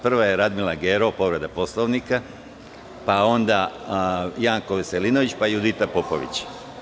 Prva je Radmila Gerov, povreda Poslovnika, pa onda Janko Veselinović, pa Judita Popović.